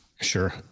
Sure